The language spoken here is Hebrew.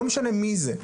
לא משנה מי זה,